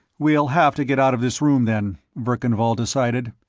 we'll have to get out of this room, then, verkan vall decided.